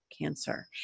cancer